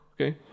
Okay